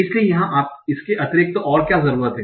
इसलिए यहां इसके अतिरिक्त और क्या जरूरत है